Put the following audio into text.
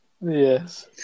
Yes